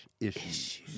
issues